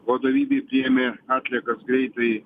vadovybei priėmė atliekas greitai